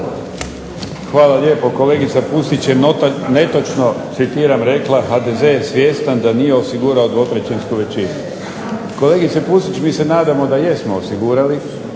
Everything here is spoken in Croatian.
Hvala lijepo. Kolegica Pusić je netočno citiram rekla "HDZ je svjestan da nije osigurao dvotrećinsku većinu." Kolegice Pusić mi se nadamo da jesmo osigurali